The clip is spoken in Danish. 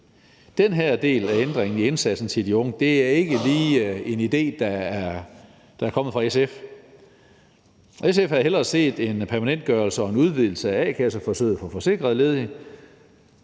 den her del af ændringen i indsatsen til de unge ikke lige er en idé, der er kommet fra SF. SF havde hellere set en permanentgørelse og en udvidelse af a-kasseforsøget for forsikrede ledige.